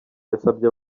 yasabye